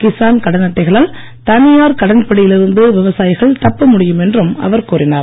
கிசான் கடன் அட்டைகளால் தனியார் கடன் பிடியில் இருந்து விவசாயிகள்தப்ப முடியும் என்றும் அவர் கூறினார்